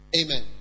Amen